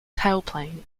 tailplane